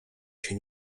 się